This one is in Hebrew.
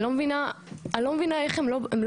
אני לא מבינה איך הם לא פה.